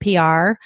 PR